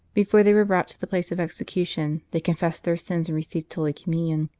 before they were brought to the place of execution, they confessed their sins and received holy communion.